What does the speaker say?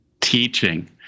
teaching